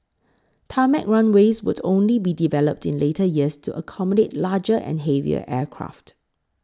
tarmac runways would only be developed in later years to accommodate larger and heavier aircraft